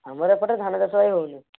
ଆମର ଏପଟେ ଧାନ ଚାଷ ଆଉ ହେଉନି